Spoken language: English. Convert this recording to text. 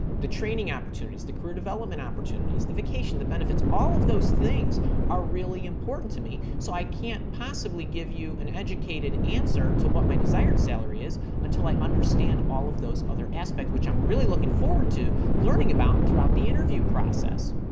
the training opportunities. the career development opportunities. the vacation. the benefits. all of those things are really important to me, so i can't possibly give you an educated answer to what my desired salary is until i understand all of those other aspect which i'm really looking forward to learning about throughout the interview process.